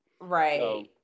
right